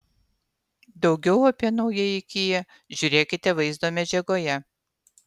daugiau apie naująjį kia žiūrėkite vaizdo medžiagoje